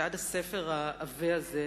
בעד הספר העבה הזה,